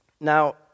Now